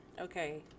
okay